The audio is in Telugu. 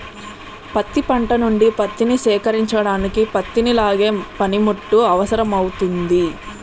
పత్తి పంట నుండి పత్తిని సేకరించడానికి పత్తిని లాగే పనిముట్టు అవసరమౌతుంది